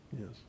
Yes